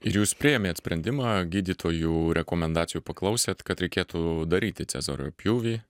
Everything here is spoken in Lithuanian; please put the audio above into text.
ir jūs priėmėt sprendimą gydytojų rekomendacijų paklausėt kad reikėtų daryti cezario pjūvį